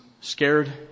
scared